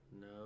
No